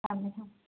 ꯊꯝꯃꯦ ꯊꯝꯃꯦ